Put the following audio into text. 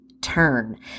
turn